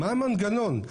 מה המנגנון?